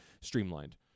streamlined